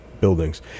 buildings